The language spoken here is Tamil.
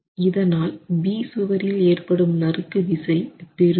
இதனால் B சுவரில் ஏற்படும் நறுக்கு விசை பெருகும்